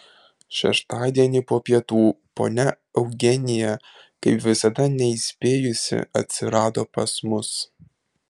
šeštadienį po pietų ponia eugenija kaip visada neįspėjusi atsirado pas mus